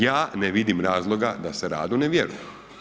Ja ne vidim razloga da se radu ne vjeruje.